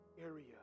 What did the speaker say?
area